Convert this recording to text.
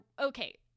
okay